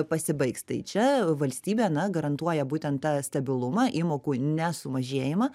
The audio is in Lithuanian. pasibaigs tai čia valstybė na garantuoja būtent tą stabilumą įmokų nesumažėjimą